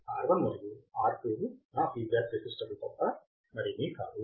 R1 మరియు R2 లునా feedback రెసిస్టర్లు తప్ప మరేమీ కాదు